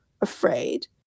afraid